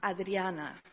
Adriana